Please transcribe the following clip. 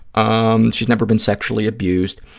um she's never been sexually abused.